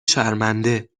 شرمنده